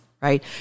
right